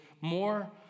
more